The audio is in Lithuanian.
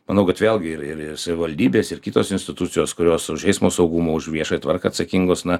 manau kad vėlgi ir ir ir savivaldybės ir kitos institucijos kurios už eismo saugumo už viešąją tvarką atsakingos na